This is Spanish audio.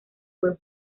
buen